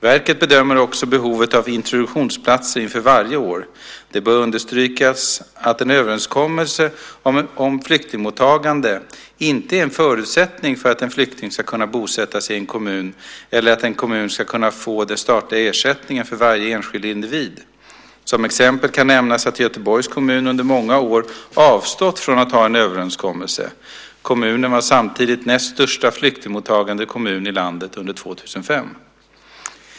Verket bedömer också behovet av introduktionsplatser inför varje år. Det bör understrykas att en överenskommelse om flyktingmottagande inte är en förutsättning för att en flykting ska kunna bosätta sig i en kommun eller att en kommun ska kunna få den statliga ersättningen för varje enskild individ. Som exempel kan nämnas att Göteborgs kommun under många år avstått från att ha någon överenskommelse. Kommunen var samtidigt näst största flyktingmottagande kommun i landet under 2005.